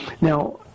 now